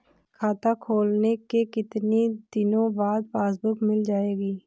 खाता खोलने के कितनी दिनो बाद पासबुक मिल जाएगी?